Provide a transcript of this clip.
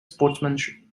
sportsmanship